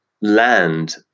land